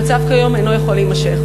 המצב הקיים כיום אינו יכול להימשך.